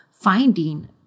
finding